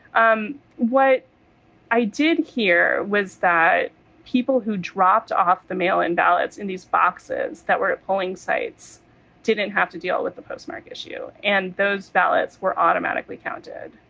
um what i did hear was that people who dropped off the mail in ballots in these boxes that were at polling sites didn't have to deal with the postmark issue and those ballots were automatically counted.